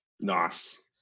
Nice